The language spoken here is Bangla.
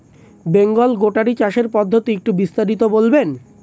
বেঙ্গল গোটারি চাষের পদ্ধতি একটু বিস্তারিত বলবেন?